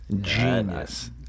Genius